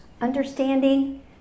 Understanding